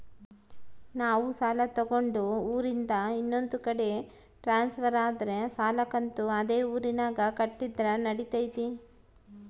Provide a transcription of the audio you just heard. ನಾವು ಸಾಲ ತಗೊಂಡು ಊರಿಂದ ಇನ್ನೊಂದು ಕಡೆ ಟ್ರಾನ್ಸ್ಫರ್ ಆದರೆ ಸಾಲ ಕಂತು ಅದೇ ಊರಿನಾಗ ಕಟ್ಟಿದ್ರ ನಡಿತೈತಿ?